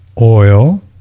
oil